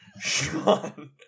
Sean